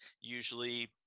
usually